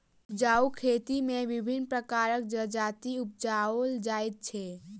उपजाउ खेत मे विभिन्न प्रकारक जजाति उपजाओल जाइत छै